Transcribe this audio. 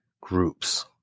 groups